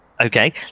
Okay